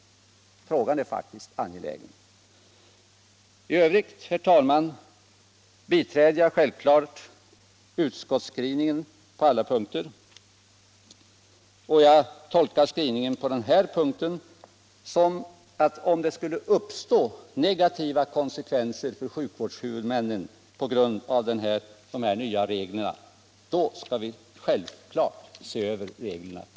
Frågan är faktiskt angelägen. I övrigt, herr talman, biträder jag självfallet utskottsskrivningen på alla punkter. Jag tolkar skrivningen på den här punkten så, att om de nya reglerna skulle få negativa konsekvenser för sjukvårdshuvudmännen, skall vi givetvis se över dem på nytt.